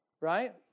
right